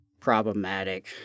Problematic